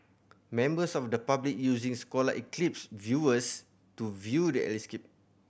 members of the public using solar eclipse viewers to view the